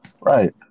Right